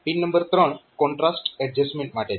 pin number 3 contrast adjustment માટે છે